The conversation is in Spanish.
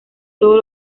todos